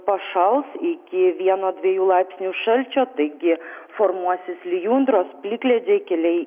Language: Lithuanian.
pašals iki vieno dviejų laipsnių šalčio taigi formuosis lijundros plikledžiai keliai